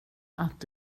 att